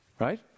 right